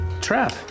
Trap